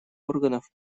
органов